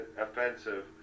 offensive